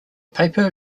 paper